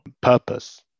purpose